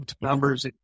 numbers